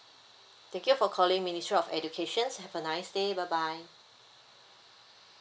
thank you for calling ministry of education have a nice day bye bye